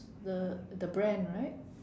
the the brand right